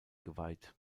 geweiht